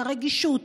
את הרגישות,